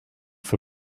for